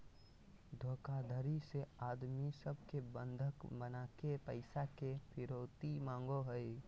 धोखाधडी से आदमी सब के बंधक बनाके पैसा के फिरौती मांगो हय